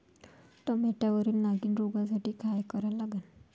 टमाट्यावरील नागीण रोगसाठी काय करा लागन?